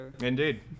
Indeed